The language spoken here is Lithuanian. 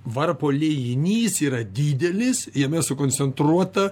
varpo liejinys yra didelis jame sukoncentruota